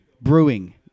Brewing